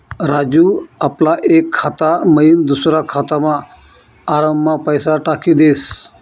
राजू आपला एक खाता मयीन दुसरा खातामा आराममा पैसा टाकी देस